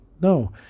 No